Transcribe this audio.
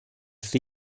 the